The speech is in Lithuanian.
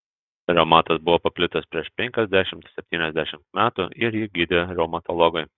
reumatas buvo paplitęs prieš penkiasdešimt septyniasdešimt metų ir jį gydė reumatologai